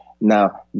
Now